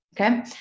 Okay